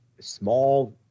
small